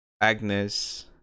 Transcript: Agnes